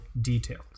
details